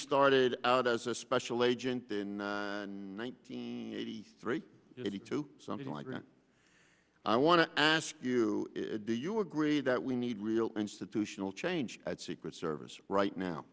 started out as a special agent in nineteen eighty three eighty two something like that i want to ask you do you agree that we need real institutional change at secret service right now